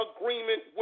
agreement